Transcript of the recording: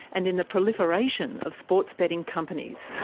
and in the proliferation of sports betting companies.